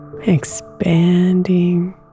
Expanding